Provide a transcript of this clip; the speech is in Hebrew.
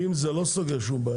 אם זה לא סוגר שום בעיה,